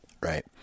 Right